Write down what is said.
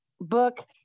book